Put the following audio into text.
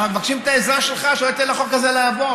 מבקשים את העזרה שלך שלא ניתן לחוק הזה לעבור.